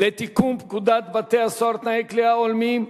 לתיקון פקודת בתי-הסוהר (תנאי כליאה הולמים),